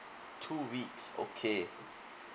two weeks okay